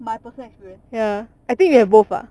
my personal experience